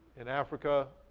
in africa,